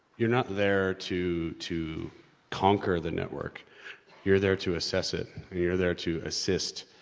you're not there to, to conquer the network you're there to assess it, you're there to assist,